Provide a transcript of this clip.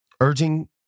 Urging